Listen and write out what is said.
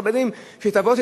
שהיא תבוא,